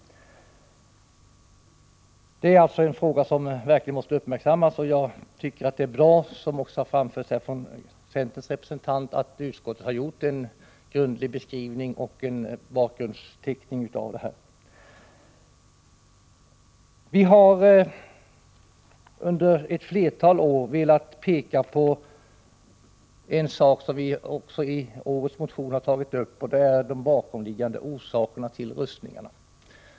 Det är alltså en fråga som verkligen måste uppmärksammas. Jag tycker det är bra — som också har framförts från centerns representant — att utskottet har gjort en grundlig beskrivning och bakgrundsteckning av denna fråga. Vi har under ett flertal år velat peka på något som vi också i årets motion har tagit upp, och det är de bakomliggande orsakerna till rustningar.